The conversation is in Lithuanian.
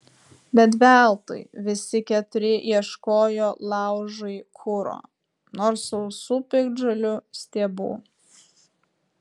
bet veltui visi keturi ieškojo laužui kuro nors sausų piktžolių stiebų